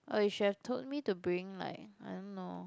uh you should have told me to bring like I don't know